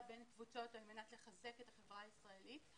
בין קבוצות על מנת לחזק את החברה הישראלית,